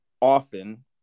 often